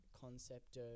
concept